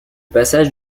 passage